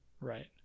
Right